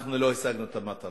אנחנו לא השגנו את המטרה.